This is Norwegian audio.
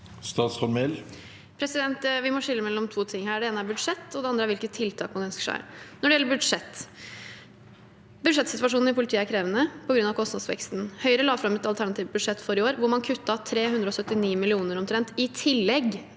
Vi må skille mel- lom to ting her. Det ene er budsjett og det andre er hvilke tiltak man ønsker seg. Når det gjelder budsjett: Budsjettsituasjonen i politiet er krevende på grunn av kostnadsveksten. Høyre la fram et alternativt budsjett for i år hvor man kuttet omtrent 379 mill.